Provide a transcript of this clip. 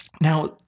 Now